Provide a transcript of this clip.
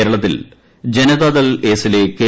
കേരളത്തിൽ ജനതാദൾ എസിലെ കെ